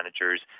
managers